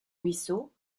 ruisseau